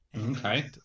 Okay